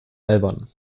albern